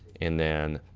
and then